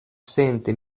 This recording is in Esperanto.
senti